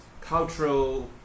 cultural